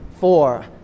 four